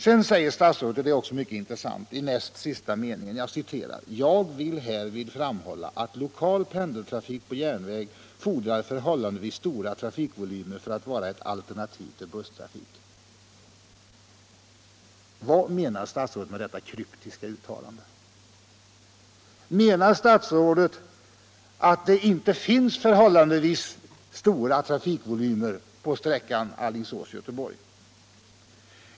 Sedan säger statsrådet i näst sista meningen något mycket intressant: ”Jag vill härvid framhålla att lokal pendeltrafik på järnväg fordrar förhållandevis stora trafikvolymer för att vara ett alternativ till busstrafik.” Vad menar statsrådet med detta kryptiska uttalande? Menar statsrådet att det inte finns förhållandevis stora trafikvolymer på sträckan Alingsås-Göteborg?